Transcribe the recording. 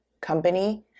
company